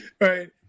Right